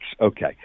Okay